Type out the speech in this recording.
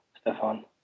Stefan